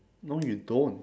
no you don't